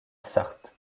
sarthe